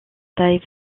taille